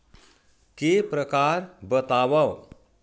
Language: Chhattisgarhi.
के प्रकार बतावव?